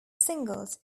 singles